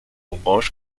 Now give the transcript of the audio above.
orange